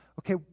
okay